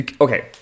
okay